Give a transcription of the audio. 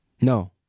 No